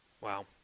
Wow